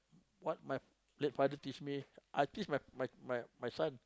what my late father teach I teach my my my my son